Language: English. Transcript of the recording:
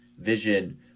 vision